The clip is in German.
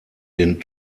den